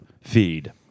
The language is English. feed